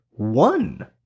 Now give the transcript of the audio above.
one